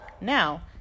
Now